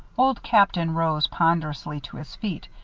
old captain rose ponderously to his feet,